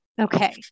Okay